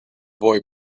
boy